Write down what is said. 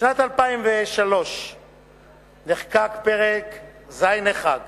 בשנת 2003 נחקק פרק ז'1 לחוק